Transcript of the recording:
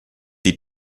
die